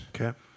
Okay